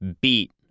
beat